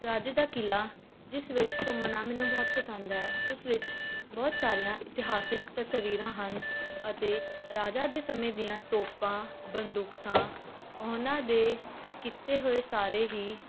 ਰਾਜੇ ਦਾ ਕਿਲ੍ਹਾ ਜਿਸ ਵਿੱਚ ਘੁੰਮਣਾ ਮੈਨੂੰ ਬਹੁਤ ਪਸੰਦ ਹੈ ਉਸ ਵਿੱਚ ਬਹੁਤ ਸਾਰੀਆਂ ਇਤਿਹਾਸਿਕ ਤਸਵੀਰਾਂ ਹਨ ਅਤੇ ਰਾਜਾ ਦੇ ਸਮੇਂ ਦੀਆਂ ਤੋਪਾਂ ਬੰਦੂਕਾਂ ਉਨ੍ਹਾਂ ਦੇ ਕੀਤੇ ਹੋਏ ਸਾਰੇ ਹੀ